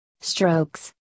Strokes